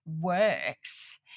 works